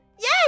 Yes